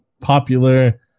popular